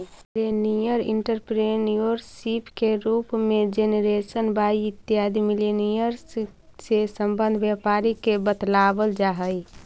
millennial entrepreneurship के रूप में जेनरेशन वाई इत्यादि मिलेनियल्स् से संबंध व्यापारी के बतलावल जा हई